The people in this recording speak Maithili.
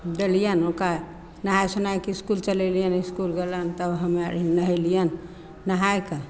देलियनि ओकरा नहाय सोनायके इसकुल चलेलियन इसकुल गेलनि तब हमे अर नहेलियनि नहाइके